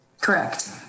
Correct